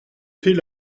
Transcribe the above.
fait